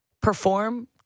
perform